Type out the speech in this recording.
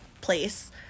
place